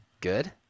good